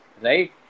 Right